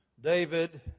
David